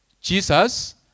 Jesus